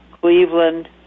Cleveland